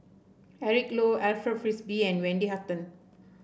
Eric Low Alfred Frisby and Wendy Hutton